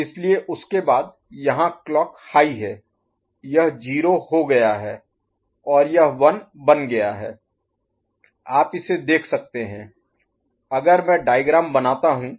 इसलिए उसके बाद यहां क्लॉक हाई है यह 0 हो गया है यह 1 बन गया है आप इसे देख सकते हैं अगर मैं डायग्राम बनाता हूँ